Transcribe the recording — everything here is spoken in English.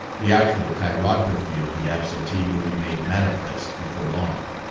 the actual chirography of the absentee would be made manifest before long.